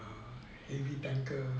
heavy tanker